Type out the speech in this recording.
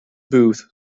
booth